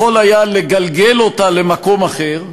יכול היה לגלגל אותה למקום אחר.